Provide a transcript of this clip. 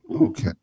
Okay